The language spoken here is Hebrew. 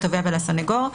לתובע ולסנגור,